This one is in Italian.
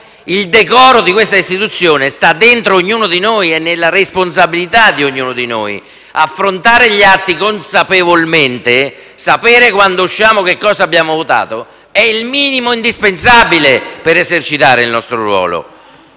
il decoro di questa istituzione sta dentro ognuno di noi ed è nella responsabilità di ognuno di noi. Affrontare gli atti consapevolmente e sapere che cosa abbiamo votato quando usciamo di qui è il minimo indispensabile per esercitare il nostro ruolo.